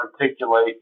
articulate